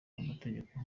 amategeko